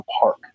park